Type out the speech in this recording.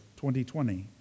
2020